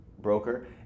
broker